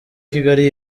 kigali